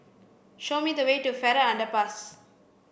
show me the way to Farrer Underpass